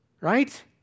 right